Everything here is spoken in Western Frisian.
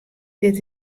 dit